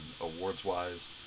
awards-wise